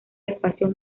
espacios